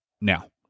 now